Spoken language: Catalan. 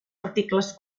articles